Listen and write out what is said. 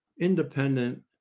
independent